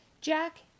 Jack